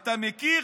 אתה מכיר